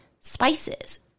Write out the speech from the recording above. spices